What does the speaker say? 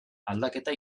aldaketa